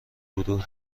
گروه